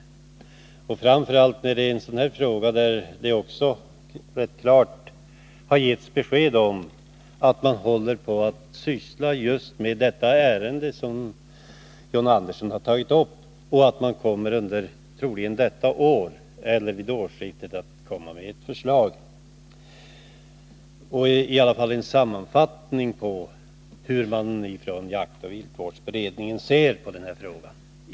Detta gäller framför allt i en sådan här fråga, där det rätt klart har getts besked om att man håller på att syssla just med detta ärende som John Andersson har tagit upp. Utredningen kommer troligen under detta år, eller vid årsskiftet, att lägga fram ett förslag, eller i alla fall en sammanfattning av hur man inom jaktoch viltvårdsberedningen ser på denna fråga.